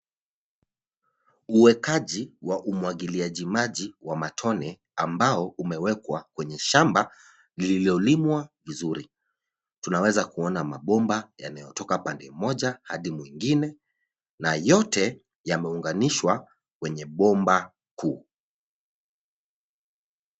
Uwekaji wa umwangiliaji maji wa matone ambao umwekwa kwenye shamba lililolimwa vizuri. Tunaweza kuona mabomba yanayotoka pande moja hadi nyingine na yote yameunganishwa kwenye bomba kuu.